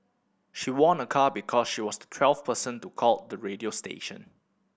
she won a car because she was the twelfth person to call the radio station